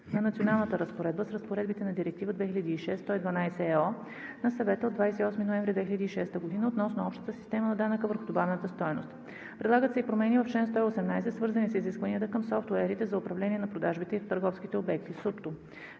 на националната разпоредба с разпоредбите на Директива 2006/112/ЕО на Съвета от 28 ноември 2006 г. относно общата система на данъка върху добавената стойност. Предлагат се и промени в чл. 118, свързани с изискванията към софтуерите за управление на продажбите в търговски обекти – СУПТО.